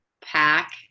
pack